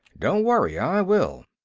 don't worry i will.